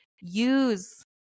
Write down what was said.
use